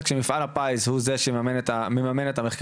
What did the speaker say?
כשמפעל הפיס הוא זה שמממן את המחקים,